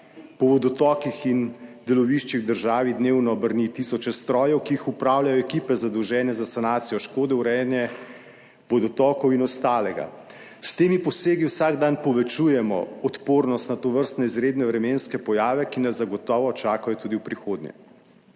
Po vodotokih in deloviščih v državi dnevno brni tisoče strojev, ki jih upravljajo ekipe, zadolžene za sanacijo škode, urejanje vodotokov in ostalega. S temi posegi vsak dan povečujemo odpornost na tovrstne izredne vremenske pojave, ki nas zagotovo čakajo tudi v prihodnje.